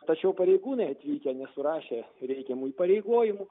tačiau pareigūnai atvykę nesurašė reikiamų įpareigojimų